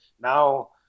now